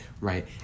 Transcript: right